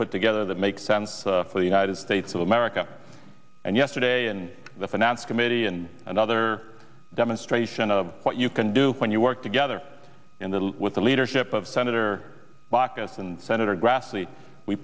put together that makes sense for the united states of america and yesterday in the finance committee and another demonstration of what you can do when you work together in the with the leadership of senator baucus and senator grassley we